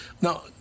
Now